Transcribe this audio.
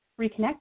reconnect